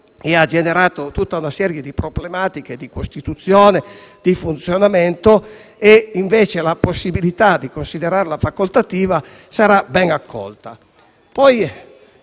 e ha generato tutta una serie di problematiche di costituzione e funzionamento. La possibilità di considerarla facoltativa sarà dunque ben accolta.